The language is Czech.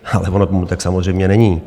Ale ono tomu tak samozřejmě není.